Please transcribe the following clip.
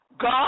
God